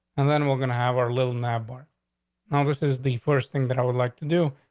and then we're gonna have our little number. now, this is the first thing that i would like to do,